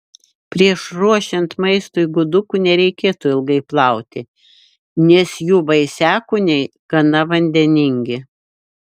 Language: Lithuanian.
prieš ruošiant maistui gudukų nereikėtų ilgai plauti nes jų vaisiakūniai gana vandeningi